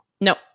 no